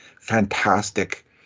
Fantastic